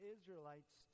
Israelites